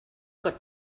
got